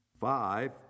Five